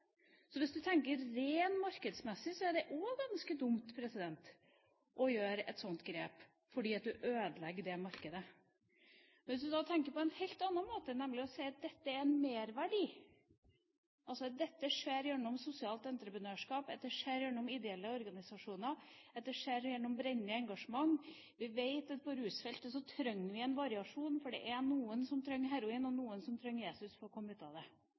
Så hvis du tenker rent markedsmessig, er det også ganske dumt å gjøre et sånt grep, fordi du ødelegger markedet. Så kan du tenke på en helt annen måte, nemlig ved å si at dette er merverdi, at dette altså skjer gjennom sosialt entreprenørskap, at det skjer gjennom ideelle organisasjoner, at det skjer gjennom brennende engasjement. Vi vet at på rusfeltet trenger vi en variasjon, for det er noen som trenger heroin, og noen som trenger Jesus for å komme ut av det.